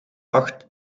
acht